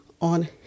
On